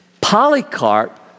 Polycarp